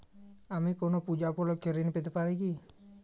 আমি কোনো পূজা উপলক্ষ্যে ঋন পেতে পারি কি?